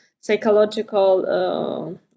psychological